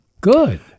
Good